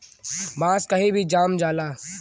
बांस कही भी जाम जाला